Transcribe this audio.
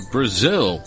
Brazil